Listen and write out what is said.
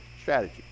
strategy